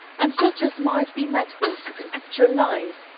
and such as might be met with in actual life,